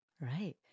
Right